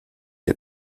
der